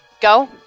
Go